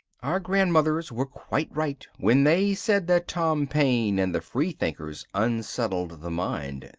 our grandmothers were quite right when they said that tom paine and the free-thinkers unsettled the mind.